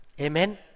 Amen